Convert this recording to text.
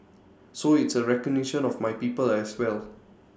so it's A recognition of my people as well